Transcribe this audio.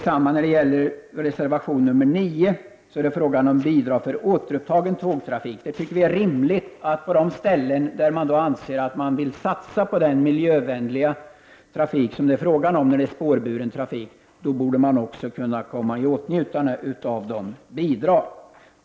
I reservation nr 9 är det fråga om bidrag för återupptagen tågtrafik. Vi tycker att det är rimligt att på de ställen där man anser att man vill satsa på den miljövänliga trafik som det är fråga om när det gäller spårbunden trafik, borde man också kunna komma i åtnjutande av bidrag.